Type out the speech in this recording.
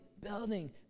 building